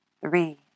Three